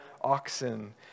oxen